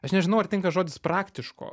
aš nežinau ar tinka žodis praktiško